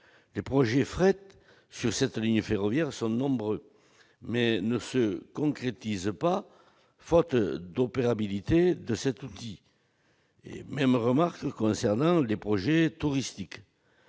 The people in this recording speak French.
Les projets de fret sur cette ligne sont nombreux, mais ils ne se concrétisent pas, faute d'opérabilité de cet outil. Je ferai la même remarque concernant les projets touristiques.